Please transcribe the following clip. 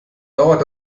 dauert